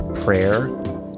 prayer